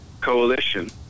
coalition